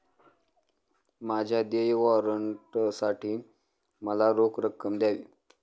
माझ्या देय वॉरंटसाठी मला रोख रक्कम द्यावी